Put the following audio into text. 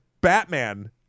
Batman